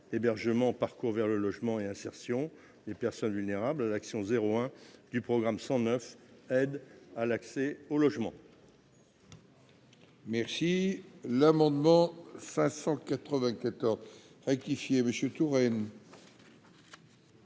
hébergement parcours vers le logement et insertion des personnes vulnérables à l'action 01 du programme 109 aide à l'accès au logement. Merci l'amendement 594 qui fit et Monsieur Touraine.